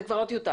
זאת לא טיוטה.